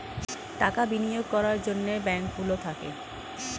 টাকা বিনিয়োগ করার জন্যে ব্যাঙ্ক গুলো থাকে